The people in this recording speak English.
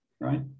Right